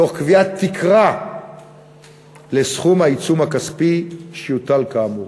תוך קביעת תקרה לסכום העיצום הכספי שיוטל כאמור.